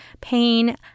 pain